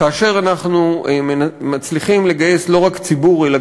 כאשר אנחנו מצליחים לגייס לא רק ציבור אלא